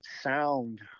sound